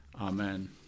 Amen